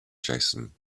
jason